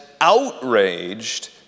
outraged